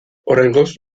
oraingoz